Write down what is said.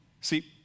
See